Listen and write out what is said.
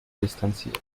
distanziert